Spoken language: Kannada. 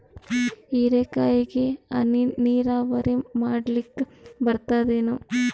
ಹೀರೆಕಾಯಿಗೆ ಹನಿ ನೀರಾವರಿ ಮಾಡ್ಲಿಕ್ ಬರ್ತದ ಏನು?